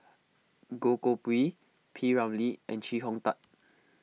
Goh Koh Pui P Ramlee and Chee Hong Tat